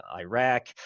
Iraq